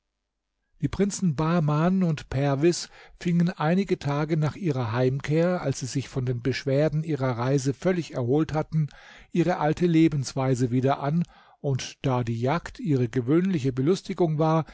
die prinzen bahman und perwis fingen einige tage nach ihrer heimkehr als sie sich von den beschwerden ihrer reise völlig erholt hatten ihre alte lebensweise wieder an und da die jagd ihre gewöhnliche belustigung war